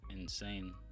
insane